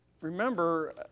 Remember